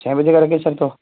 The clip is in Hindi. छः बजे का रखें सर तो